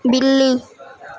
بلی